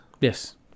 Yes